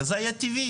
וזה היה טבעי.